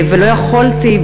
ולא יכולתי,